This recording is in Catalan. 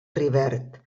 rivert